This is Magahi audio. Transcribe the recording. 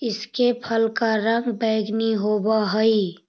इसके फल का रंग बैंगनी होवअ हई